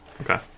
Okay